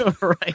Right